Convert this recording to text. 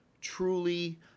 truly